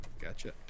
Gotcha